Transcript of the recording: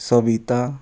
Savita